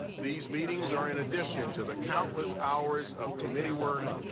these meetings are in addition to the countless hours of committee work,